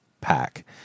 pack